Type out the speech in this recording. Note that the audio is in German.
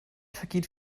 vergeht